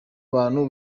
bantu